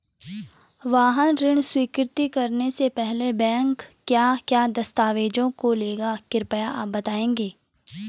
वाहन ऋण स्वीकृति करने से पहले बैंक क्या क्या दस्तावेज़ों को लेगा कृपया आप बताएँगे?